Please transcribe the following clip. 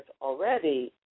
already